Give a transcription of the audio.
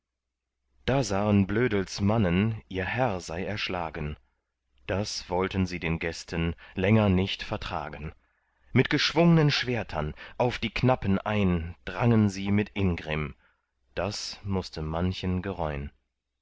da sahen blödels mannen ihr herr sei erschlagen das wollten sie den gästen länger nicht vertragen mit geschwungnen schwertern auf die knappen ein drangen sie mit ingrimm das mußte manchen